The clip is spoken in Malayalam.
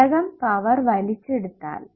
ഘടകം പവർ വലിച്ചെടുത്താൽ